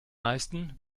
meisten